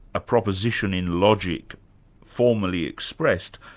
a proposition in logic formally expressed,